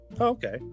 Okay